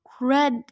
red